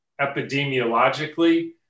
epidemiologically